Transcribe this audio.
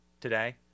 today